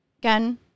Again